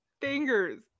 Fingers